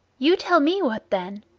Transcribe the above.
you tell me what then.